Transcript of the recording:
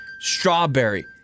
Strawberry